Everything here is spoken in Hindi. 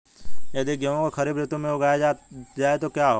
यदि गेहूँ को खरीफ ऋतु में उगाया जाए तो क्या होगा?